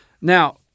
Now